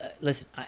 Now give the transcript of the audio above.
Listen